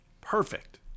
perfect